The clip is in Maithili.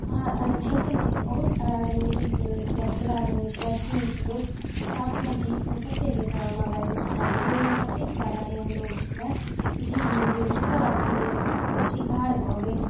एनाहिते नहि बहुत सारा गन्दगी फैलल छलै फैला देने छलऽ चीनके लोग तऽ अपना देशमे कतेके कोरोना वायरस भऽ गेल ओइमे कतेक सारा एहन लोग छलै जे मरि गेल ओकर अथीमे ओकर शिकार भऽ गेल